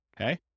okay